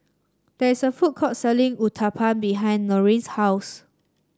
there is a food court selling Uthapam behind Norine's house